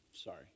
Sorry